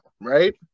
right